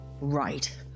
Right